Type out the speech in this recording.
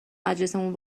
مجلسمون